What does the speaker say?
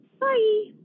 Bye